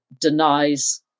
denies